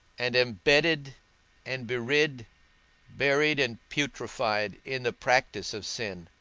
and am bedded and bedrid, buried and putrified in the practice of sin,